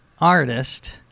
artist